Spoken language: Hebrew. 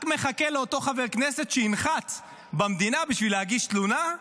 רק מחכה לאותו חבר כנסת שינחת במדינה בשביל להגיש תלונה,